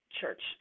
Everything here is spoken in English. church